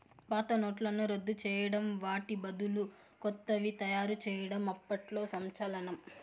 పాత నోట్లను రద్దు చేయడం వాటి బదులు కొత్తవి తయారు చేయడం అప్పట్లో సంచలనం